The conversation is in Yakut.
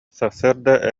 сарсыарда